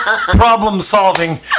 problem-solving